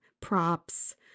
props